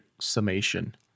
summation